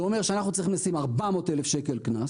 זה אומר שאנחנו צריכים לשים 400,000 שקלים קנס.